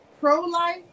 pro-life